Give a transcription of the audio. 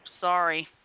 Sorry